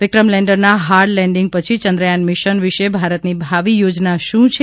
વિક્રમ લેન્ડરના hard landing પછી Chandrayaan mission વિશે ભારતની ભાવિ યોજના શું છે